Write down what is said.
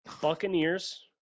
Buccaneers